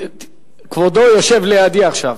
כבודו יושב לידי עכשיו.